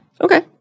Okay